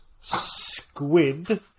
squid